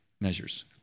measures